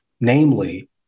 namely